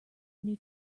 new